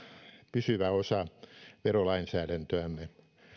pysyvä osa verolainsäädäntöämme